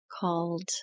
called